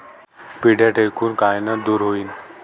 पिढ्या ढेकूण कायनं दूर होईन?